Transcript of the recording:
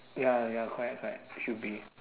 ya ya correct correct should be